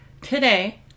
Today